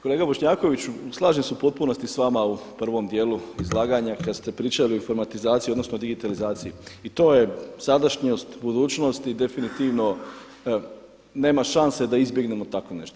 Kolega Bošnjakoviću slažem se u potpunosti sa vama u prvom dijelu izlaganja kad ste pričali o informatizaciji, odnosno digitalizaciji i to je sadašnjost, budućnost i definitivno nema šanse da izbjegnemo tako nešto.